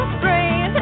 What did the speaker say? brain